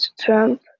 Trump